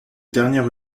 dernière